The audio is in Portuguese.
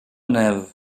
neve